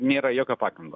nėra jokio pagrindo